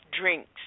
drinks